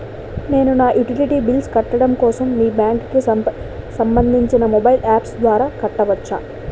నేను నా utility bills కట్టడం కోసం మీ బ్యాంక్ కి సంబందించిన మొబైల్ అప్స్ ద్వారా కట్టవచ్చా?